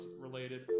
related